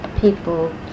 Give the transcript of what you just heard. people